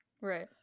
Right